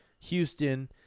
Houston